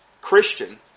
Christian